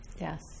yes